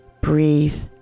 Breathe